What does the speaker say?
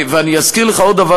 אבל, אדוני השר,